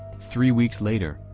three weeks later,